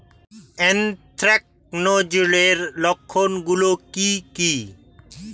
Anthracnose এর লক্ষণ গুলো কি কি?